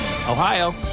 Ohio